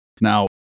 Now